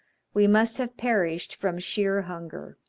we must have perished from sheer hunger.